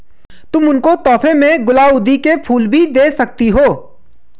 तुम उनको तोहफे में गुलाउदी के फूल भी दे सकती हो